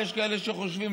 יש כאלה שחושבים,